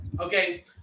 Okay